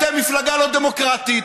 אתם מפלגה לא דמוקרטית,